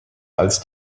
als